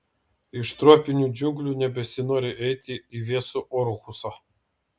iš tropinių džiunglių nebesinori eiti į vėsų orhusą